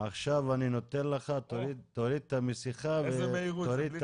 סגן שר במשרד ראש הממשלה אביר קארה: תראו,